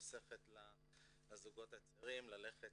שחוסכת לזוגות הצעירים ללכת